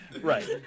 Right